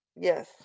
Yes